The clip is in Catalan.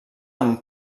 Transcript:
amb